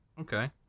Okay